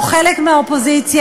או חלק מהאופוזיציה,